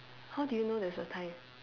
how do you know there's a tie